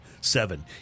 seven